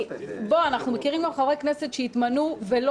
אנחנו מכירים גם חברי כנסת שהתמנו ולא